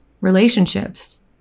relationships